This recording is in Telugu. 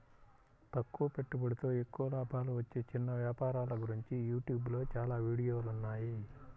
తక్కువ పెట్టుబడితో ఎక్కువ లాభాలు వచ్చే చిన్న వ్యాపారాల గురించి యూట్యూబ్ లో చాలా వీడియోలున్నాయి